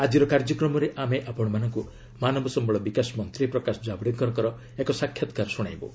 ଆଜିର କାର୍ଯ୍ୟକ୍ରମରେ ଆମେ ଆପଶମାନଙ୍କୁ ମାନବ ସମ୍ଭଳ ବିକାଶ ମନ୍ତ୍ରୀ ପ୍ରକାଶ ଜାବଡେକରଙ୍କର ଏକ ସାକ୍ଷାତ୍କାର ଶୁଣାଇବୁ